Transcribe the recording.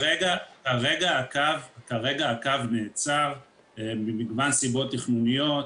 כרגע הקו נעצר ממגוון סיבות תכנוניות,